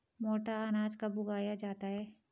मोटा अनाज कब उगाया जाता है?